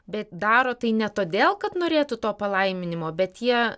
bet daro tai ne todėl kad norėtų to palaiminimo bet jie